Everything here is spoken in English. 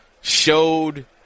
showed